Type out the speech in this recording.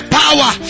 power